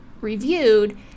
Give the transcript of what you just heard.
reviewed